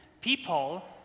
People